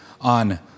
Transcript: on